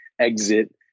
exit